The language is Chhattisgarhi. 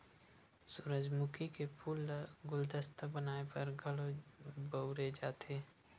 सूरजमुखी के फूल ल गुलदस्ता बनाय बर घलो बउरे जाथे